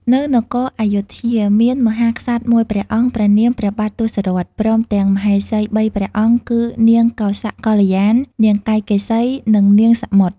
នៅនគរព្ធយុធ្យា មានមហាក្សត្រមួយព្រះអង្គព្រះនាមព្រះបាទទសរថព្រមទាំងមហេសី ៣ព្រះអង្គ គឺនាងកោសកល្យាណ នាងកៃកេសី និងនាងសមុទ្រ។